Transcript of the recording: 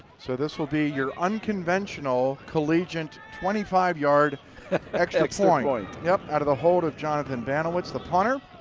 so this will be your unconventional collegiate twenty five yard extra extra point. yep, out of the hold of jonathan banowetz, the punter